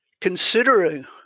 considering